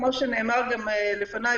כמו שנאמר גם לפני,